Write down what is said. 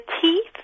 teeth